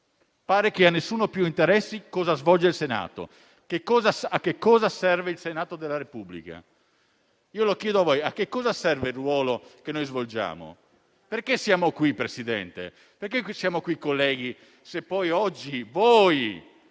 pare che a nessuno più interessi cosa svolge il Senato, a cosa serve il Senato della Repubblica. Lo chiedo a voi: a cosa serve il ruolo che svolgiamo? Perché siamo qui, Presidente? Perché siamo qui, colleghi, se poi oggi,